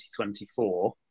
2024